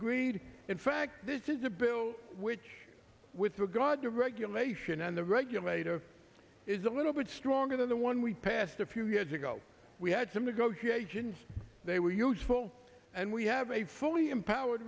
agreed in fact this is a bill which with regard to regulation and the regulator is a little bit stronger than the one we passed a few years ago we had some negotiations they were useful and we have a fully empowered